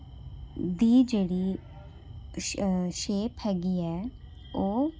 ਦੀ ਜਿਹੜੀ ਸ਼ ਸ਼ੇਪ ਹੈਗੀ ਹੈ ਉਹ